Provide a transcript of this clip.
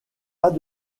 pas